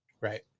Right